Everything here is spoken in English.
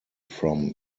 from